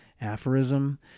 aphorism